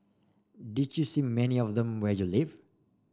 did you see many of them where you live